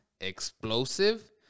explosive